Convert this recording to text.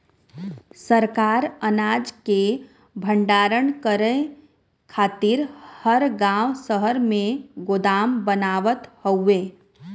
सरकार अनाज के भण्डारण करे खातिर हर गांव शहर में गोदाम बनावत हउवे